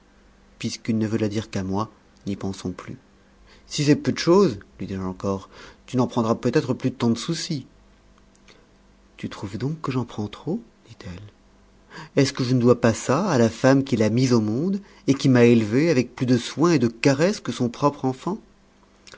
puisqu'il ne veut la dire qu'à moi n'y pensons plus si c'est peu de chose lui dis-je encore tu n'en prendras peut-être plus tant de souci tu trouves donc que j'en prends trop dit-elle est-ce que je ne dois pas ça à la femme qui l'a mis au monde et qui m'a élevée avec plus de soins et de caresses que son propre enfant